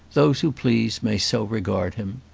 those who please may so regard him.